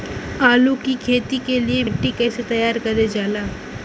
आलू की खेती के लिए मिट्टी कैसे तैयार करें जाला?